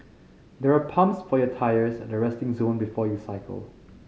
there are pumps for your tyres at the resting zone before you cycle